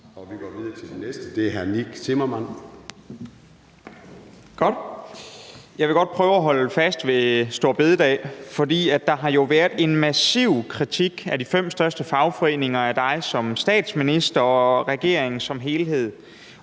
Vi går videre til den næste, og det er hr. Nick Zimmermann. Kl. 00:07 Nick Zimmermann (DF): Jeg vil godt prøve at holde fast ved store bededag, for der har jo været en massiv kritik fra de fem største fagforeninger af statsministeren og regeringen som helhed,